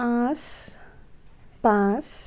পাঁচ পাঁচ